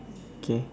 okay